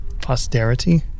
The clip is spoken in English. posterity